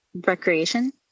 Recreation